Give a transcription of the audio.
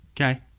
Okay